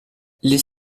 les